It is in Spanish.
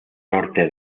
norte